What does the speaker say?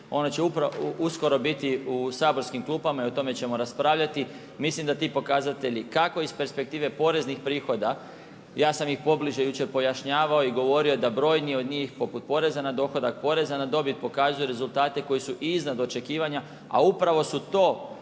Ono će uskoro biti u saborskim klupama i o tome ćemo raspravljati. mislim da ti pokazatelji, kako iz perspektive poreznih prihoda, ja sam ih pobliže jučer pojašnjavao i govorio da brojni od njih, poput poreza na dohodak, poreza na dobit, pokazuju na rezultate koji su iznad očekivanja, a upravo su to